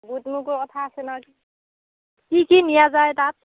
বুট মগু কথা আছে নহয় কি কি নিয়া যায় তাত